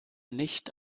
nicht